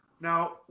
now